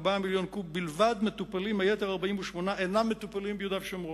4 מיליוני קוב בלבד מטופלים ויתר ה-48 אינם מטופלים ביהודה ושומרון.